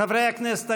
חברי הכנסת,